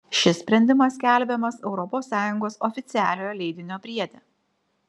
šis sprendimas skelbiamas europos sąjungos oficialiojo leidinio priede